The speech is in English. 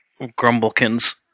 Grumblekins